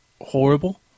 horrible